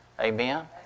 Amen